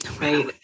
Right